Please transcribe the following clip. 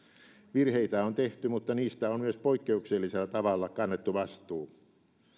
virheitä on tehty mutta niistä on myös poikkeuksellisella tavalla kannettu vastuu